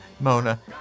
Mona